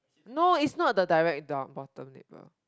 no its not the direct down bottom neighbor